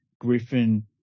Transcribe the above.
Griffin